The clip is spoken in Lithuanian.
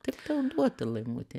taip tau duota laimute